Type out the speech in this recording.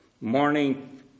Morning